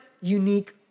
unique